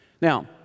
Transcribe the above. Now